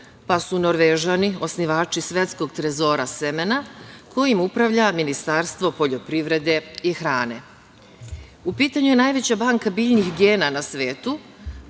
pa su Norvežani osnivači Svetskog trezora semena kojim upravlja Ministarstvo poljoprivrede i hrane. U pitanju je najveća banka biljnih gena na svetu,